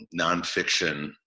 nonfiction